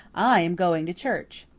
i'm going to church.